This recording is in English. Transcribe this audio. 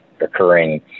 occurring